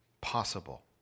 possible